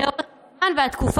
לאור הזמן והתקופה,